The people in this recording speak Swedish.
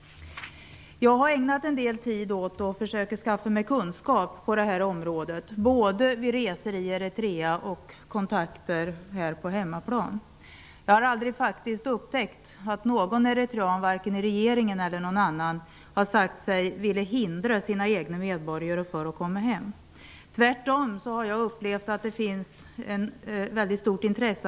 Jag har ägnat en del tid åt att försöka skaffa mig kunskap på detta område, både vid resor i Eritrea och kontakter här på hemmaplan. Jag har faktiskt aldrig upptäckt att någon eritrean, varken i regeringen eller någon annanstans, har sagt sig vilja hindra sina egna medborgare att komma hem. Tvärtom har jag upplevt att det finns ett väldigt stort intresse.